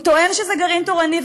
הוא טוען שזה גרעין תורני.